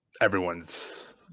everyone's